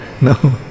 No